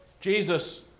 Jesus